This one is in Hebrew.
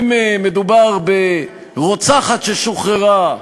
אם מדובר ברוצחת ששוחררה,